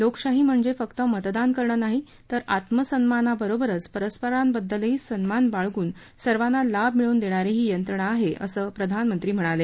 लोकशाही म्हणजे फक्त मतदान करणं नाही तर आत्मसन्मानाबरोबरच परस्परांबद्दलही सन्मान बाळगून सर्वांना लाभ मिळवून देणारी ही यंत्रणा आहे असं प्रधानमंत्री म्हणाले